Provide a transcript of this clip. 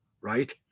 Right